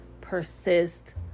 persist